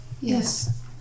Yes